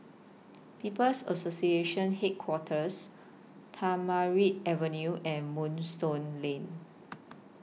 People's Association Headquarters Tamarind Avenue and Moonstone Lane